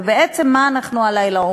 ובעצם מה אנחנו אומרים הלילה?